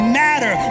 matter